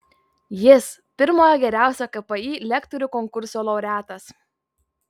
jis pirmojo geriausio kpi lektorių konkurso laureatas